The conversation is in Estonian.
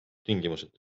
tingimused